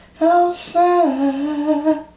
outside